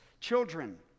Children